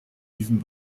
diesen